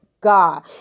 God